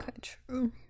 true